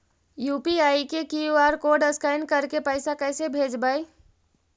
UPI के QR code scan करके पैसा कैसे भेजबइ?